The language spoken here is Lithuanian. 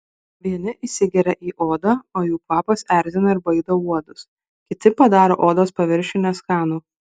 vieni įsigeria į odą o jų kvapas erzina ir baido uodus kiti padaro odos paviršių neskanų